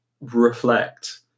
reflect